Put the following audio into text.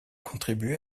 contribué